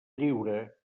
lliure